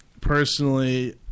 Personally